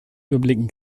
überblicken